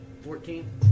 Fourteen